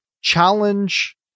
challenge